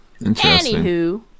Anywho